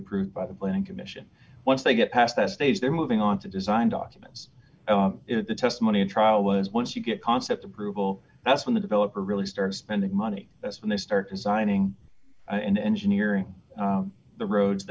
approved by the planning commission once they get past that stage they're moving on to design documents the testimony at trial was once you get concept approval that's when the developer really start spending money that's when they start designing and engineering the roads